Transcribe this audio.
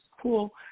cool